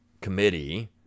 committee